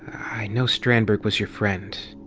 i know standberg was your friend.